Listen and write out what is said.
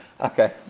Okay